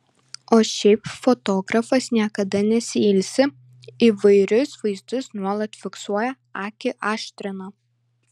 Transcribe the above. o šiaip fotografas niekada nesiilsi įvairius vaizdus nuolat fiksuoja akį aštrina